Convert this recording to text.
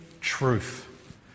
truth